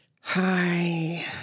hi